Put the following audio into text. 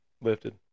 Lifted